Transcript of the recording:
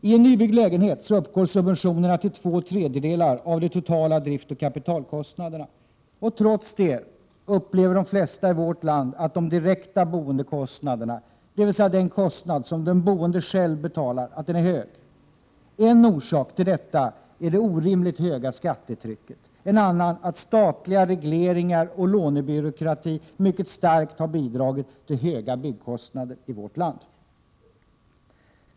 I en nybyggd lägenhet uppgår subventionerna till två tredjedelar av de totala driftoch kapitalkostnaderna. Trots det upplever de flesta i vårt land att den direkta boendekostnaden, dvs. den kostnad som den boende själv står för, är hög. En orsak till detta är det orimligt höga skattetrycket. En annan är att statliga regleringar och lånebyråkrati mycket starkt har bidragit till höga byggkostnader i vårt land.